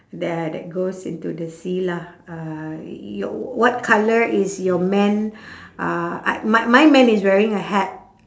there that goes into sea lah uh your what colour is your man uh I my my man is wearing a hat